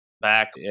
back